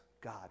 God